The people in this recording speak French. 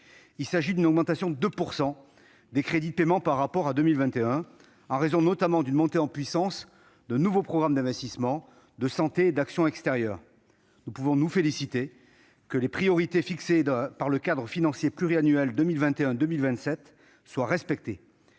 de paiement augmentent de 2 % par rapport à 2021, en raison notamment d'une montée en puissance de nouveaux programmes d'investissement, de santé et d'action extérieure. Nous pouvons nous féliciter que les priorités fixées au sein du cadre financier pluriannuel 2021-2027 soient respectées.